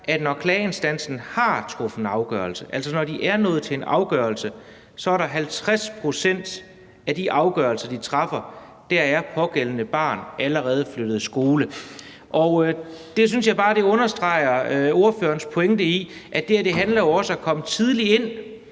om. Når klageinstansen har truffet en afgørelse, altså når de er nået til en afgørelse, er det i 50 pct. af de afgørelser, de træffer, sådan, at det pågældende barn allerede har flyttet skole. Det synes jeg bare understreger ordførerens pointe om, at det her også handler om at komme ind